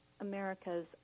America's